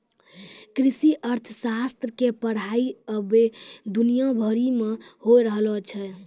कृषि अर्थशास्त्र के पढ़ाई अबै दुनिया भरि मे होय रहलो छै